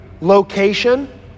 location